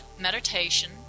meditation